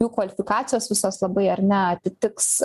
jų kvalifikacijos visos labai ar ne atitiks